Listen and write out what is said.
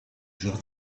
joueurs